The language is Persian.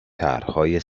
طرحهای